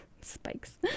Spikes